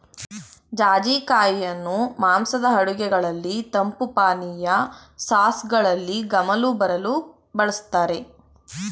ಜಾಜಿ ಕಾಯಿಯನ್ನು ಮಾಂಸದ ಅಡುಗೆಗಳಲ್ಲಿ, ತಂಪು ಪಾನೀಯ, ಸಾಸ್ಗಳಲ್ಲಿ ಗಮಲು ಬರಲು ಬಳ್ಸತ್ತರೆ